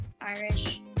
Irish